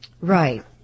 right